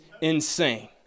insane